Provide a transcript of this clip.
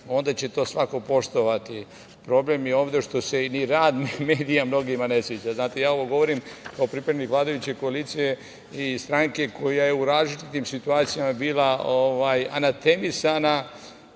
onda će to svako poštovati. Problem je ovde što se ni rad medija mnogima ne sviđa. Znate, ja ovo govorim kao pripadnik vladajuće koalicije i stranke koja je u različitim situacijama bila anatemisana